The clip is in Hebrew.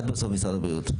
את משרד האוצר,